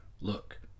Look